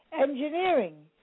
engineering